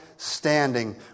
Standing